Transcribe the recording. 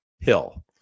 Hill